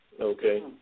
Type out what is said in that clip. Okay